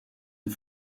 een